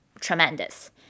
tremendous